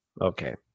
okay